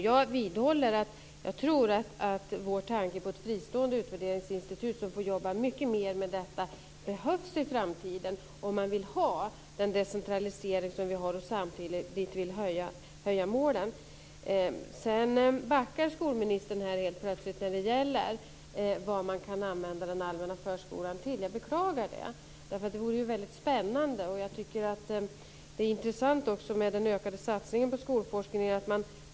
Jag vidhåller att jag tror att vår tanke på ett fristående utvärderingsinstitut som får jobba mycket mer med detta behövs i framtiden om man vill ha den decentralisering som vi har och samtidigt vill höja målen. Skolministern backar dock helt plötsligt när det gäller vad man kan använda den allmänna förskolan till. Det beklagar jag. Detta vore ju väldigt spännande. Dessutom är det intressant med den ökade satsningen på skolforskningen.